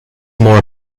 more